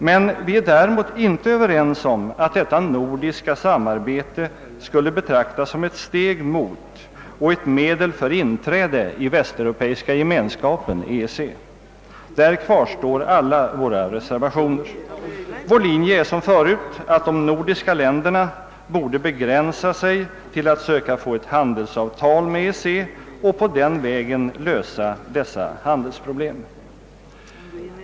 Men vi är däremot inte överens om att detta nordiska samarbete skulle betraktas som ett steg mot och ett medel för inträde i västeuropeiska gemenskapen EEC. Där kvarstår alla våra reservationer. Vår linje är densamma som förut, nämligen att de nordiska länderna borde begränsa sig till att söka få ett handelsavtal med EEC och på den vägen lösa dessa handelsproblem.